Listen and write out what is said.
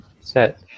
set